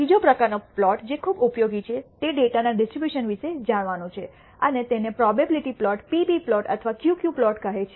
ત્રીજો પ્રકારનો પ્લોટ જે ખૂબ ઉપયોગી છે તે ડેટાના ડિસ્ટ્રીબ્યુશન વિશે જાણવાનું છે અને તેને probability plot P P plot અથવા ક્યુ ક્યુ પ્લોટ કહે છે